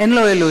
אין לו אלוהים.